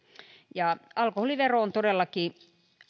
alkoholivero on todellakin